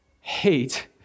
hate